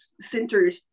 centered